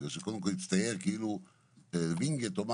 בגלל שקודם כל הצטייר כאילו ווינגיט או מה,